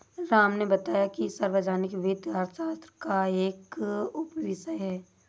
राम ने बताया कि सार्वजनिक वित्त अर्थशास्त्र का एक उपविषय है